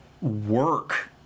work